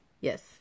Yes